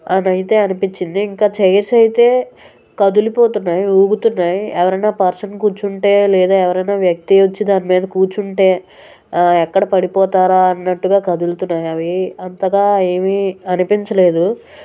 అని అయితే అనిపించింది ఇంకా చైర్స్ అయితే కదిలిపోతున్నాయి ఊగుతున్నాయి ఎవరయినా పర్సన్ కూర్చుంటే లేదా ఎవరయినా వ్యక్తి వచ్చి దానిమీద కూర్చుంటే ఎక్కడ పడిపోతారా అన్నట్టుగా కదులుతున్నాయి అవీ అంతగా ఏమి అనిపించలేదు